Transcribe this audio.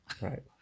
Right